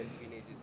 teenagers